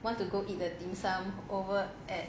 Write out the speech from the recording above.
want to go eat the dim sum over at